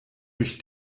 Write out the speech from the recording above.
durch